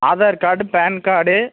Aadhaar card பான்